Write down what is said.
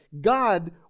God